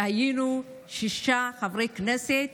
היינו שישה חברי כנסת